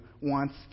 wants